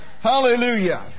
Hallelujah